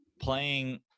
playing